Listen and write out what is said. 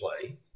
play